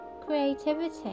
creativity